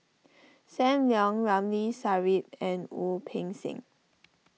Sam Leong Ramli Sarip and Wu Peng Seng